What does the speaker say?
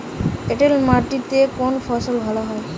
এঁটেল মাটিতে কোন ফসল ভালো হয়?